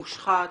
מושחת,